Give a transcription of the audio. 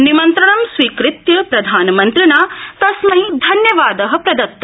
निमंत्रणं स्वीकृत्य प्रधानमंत्रिणा तस्मै धन्यवाद प्रदत्त